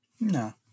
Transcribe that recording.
No